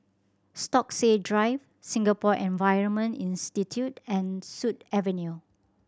Stokesay Drive Singapore Environment Institute and Sut Avenue